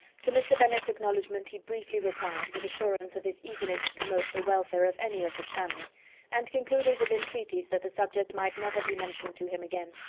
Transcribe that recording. to mr. bennet's acknowledgments he briefly replied, with assurance of his eagerness to promote the welfare of any of his family and concluded with entreaties that the subject might never be mentioned to him again.